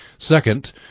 Second